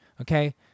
okay